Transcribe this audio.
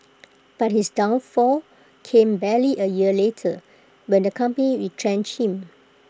but his downfall came barely A year later when the company retrenched him